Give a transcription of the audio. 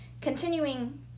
Continuing